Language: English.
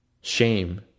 shame